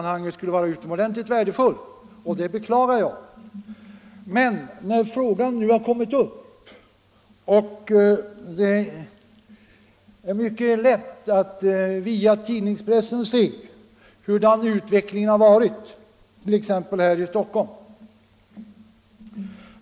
Den skulle ha varit utomordentligt värdefull, när frågan nu har kommit upp på nytt. Men det är ändå möjligt att via tidningspressen se hurudan utvecklingen har varit, t.ex. här i Stockholm.